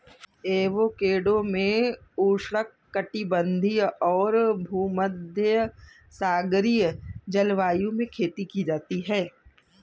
avocado विश्व में उष्णकटिबंधीय और भूमध्यसागरीय जलवायु में खेती की जाती है